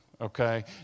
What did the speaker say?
okay